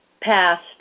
past